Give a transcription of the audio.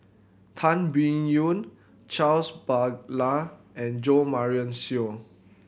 Tan Biyun Charles Paglar and Jo Marion Seow